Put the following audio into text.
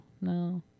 no